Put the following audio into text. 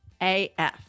AF